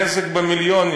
נזק במיליונים.